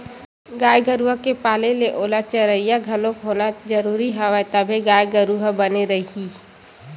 गाय गरुवा के पाले ले ओला चरइया घलोक होना जरुरी हवय तभे गाय गरु ह बने रइही